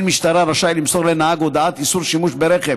משטרה רשאי למסור לנהג הודעת איסור שימוש ברכב